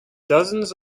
dozens